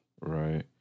Right